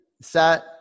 set